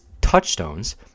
touchstones